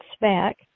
back